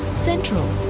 central.